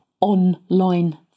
online